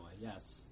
yes